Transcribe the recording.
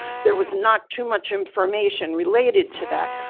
there was not too much information related to that.